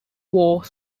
wore